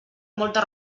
moltes